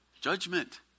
Judgment